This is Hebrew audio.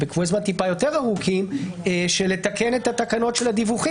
בקבועי זמן מעט יותר ארוכים לתקן את התקנות של הדיווחים